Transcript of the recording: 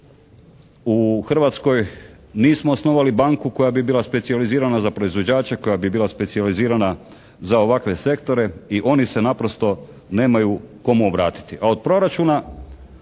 u Hrvatskoj nismo osnovali banku koja bi bila specijalizirana za proizvođača, koja bi bila specijalizirana za ovakve sektore i oni se naprosto nemaju komu obratiti,